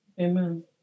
Amen